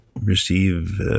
receive